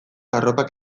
arropak